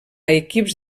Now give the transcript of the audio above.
equips